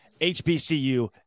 HBCU